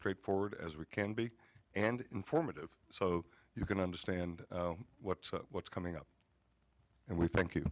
straightforward as we can be and informative so you can understand what what's coming up and we thank